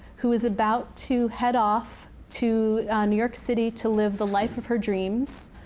who is about to head off to new york city to live the life of her dreams.